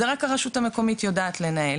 זה רק הרשות המקומית יודעת לנהל,